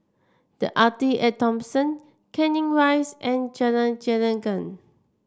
The Arte At Thomson Canning Rise and Jalan Gelenggang